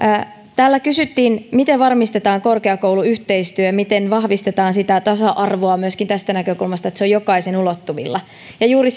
täällä kysyttiin miten varmistetaan korkeakouluyhteistyö miten vahvistetaan sitä tasa arvoa myöskin tästä näkökulmasta että se on jokaisen ulottuvilla juuri